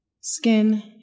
skin